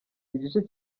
igice